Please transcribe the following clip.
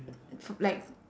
f~ like